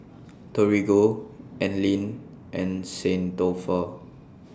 Torigo Anlene and St Dalfour